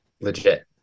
legit